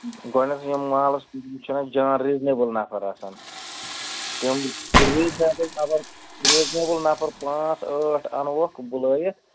گۄڈنٮ۪تھٕے یِم مٔحلس چھِنہٕ اَسہِ جان رِزنیٚبُل نَفر آسان تِم رِزنیُٚل نَفر رِزنیٚبُل نَفر پانٛژ ٲٹھ اَنہُوکھ بُلٲوِتھ